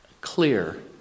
clear